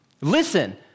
Listen